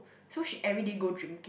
so she everyday go drinking